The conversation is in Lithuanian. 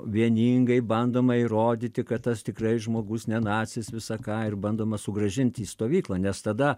vieningai bandoma įrodyti kad tas tikrai žmogus ne nacis visa ką ir bandoma sugrąžinti į stovyklą nes tada